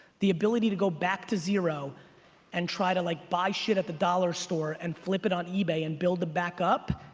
the ability to go back to zero and try to like buy shit at the dollar store and flip it on ebay and build it back up,